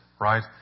right